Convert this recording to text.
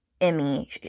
Emmy